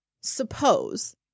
Suppose